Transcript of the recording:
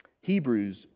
Hebrews